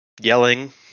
Yelling